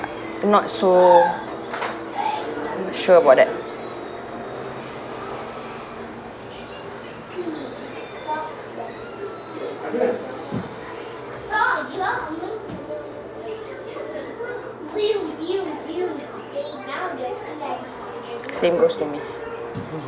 not so sure about that same goes to me